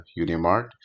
unimart